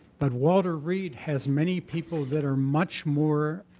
but walter reed has many people that are much more